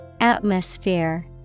Atmosphere